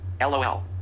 LOL